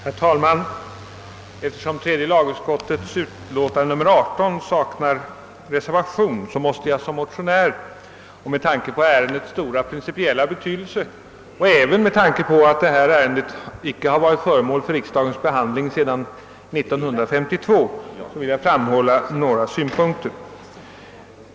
Herr talman! Eftersom tredje lagutskottets utlåtande nr 18 saknar reservation måste jag som motionär och med tanke på ärendets stora principiella betydelse och även med hänsyn till att frågan inte varit föremål för riksdagsbehandling sedan 1952 framhålla några synpunkter.